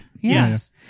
Yes